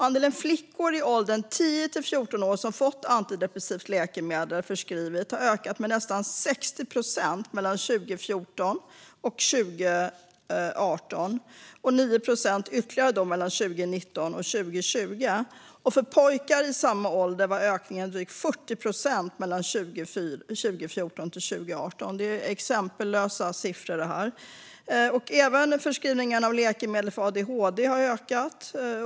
Andelen flickor i åldern 10-14 år som fått antidepressivt läkemedel förskrivet ökade med nästan 60 procent mellan 2014 och 2018 och med ytterligare 9 procent mellan 2019 och 2020. För pojkar i samma ålder var ökningen drygt 40 procent mellan 2014 och 2018. Det är exempellösa siffror. Även förskrivningen av läkemedel för adhd har ökat.